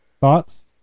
Thoughts